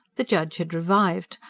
the judge had revived,